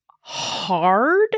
hard